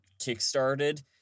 kickstarted